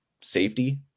safety